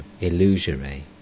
illusory